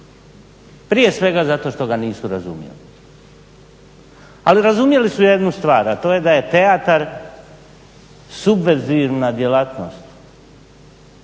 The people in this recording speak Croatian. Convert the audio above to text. prije svega zato što ga nisu razumjeli, ali razumjeli su jednu stvar, a to je da je teatar subverzivna djelatnost,